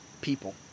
people